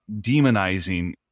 demonizing